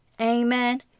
amen